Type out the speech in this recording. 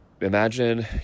Imagine